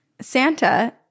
Santa